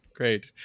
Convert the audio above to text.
Great